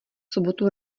sobotu